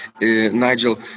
Nigel